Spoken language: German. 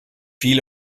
viel